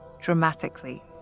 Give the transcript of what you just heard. dramatically